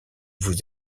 vous